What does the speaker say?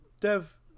Dev